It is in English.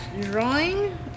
drawing